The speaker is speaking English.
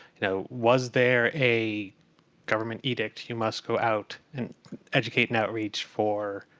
you know, was there a government edict, you must go out and educate and outreach for,